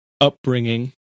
upbringing